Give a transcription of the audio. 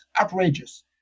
outrageous